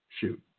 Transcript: shoot